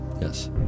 Yes